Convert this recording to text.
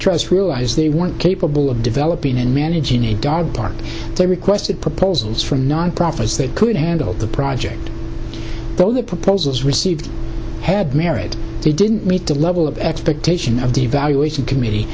trust realized they weren't capable of developing and managing a dog park they requested proposals for nonprofits that could handle the project though the proposals received had merit they didn't meet the level of expectation of the evaluation committee